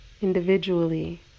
Individually